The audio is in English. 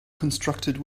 constructed